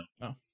No